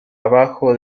abajo